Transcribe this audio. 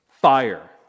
fire